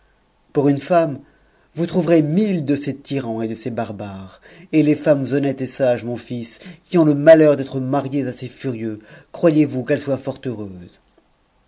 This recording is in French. pour une femme vous trouverez mitle de ces tyrans et de ces barbares et les femmes honnêtes et sages mon fils qui ont le malheur d'être mariées ces furieux croyezvous qu'elles soient fort heureuses